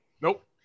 nope